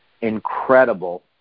incredible